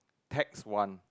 text one